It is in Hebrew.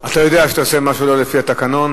אתה יודע שאתה עושה משהו לא לפי התקנון.